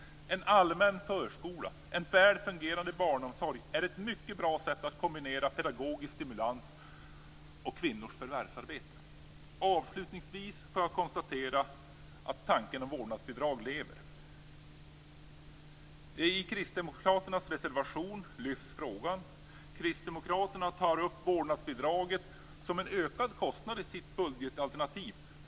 En allmän förskola och en väl fungerande barnomsorg är mycket bra när det gäller att kombinera pedagogisk stimulans och kvinnors förvärvsarbete. Avslutningsvis får jag konstatera att tanken om vårdnadsbidrag lever. I kristdemokraternas reservation lyfts frågan fram. Kristdemokraterna tar upp vårdnadsbidraget som en ökad kostnad i sitt budgetalternativ.